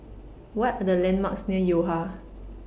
What Are The landmarks near Yo Ha